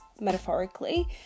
metaphorically